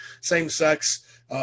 same-sex